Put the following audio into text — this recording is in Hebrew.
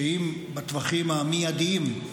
שאם בטווחים המידיים,